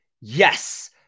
Yes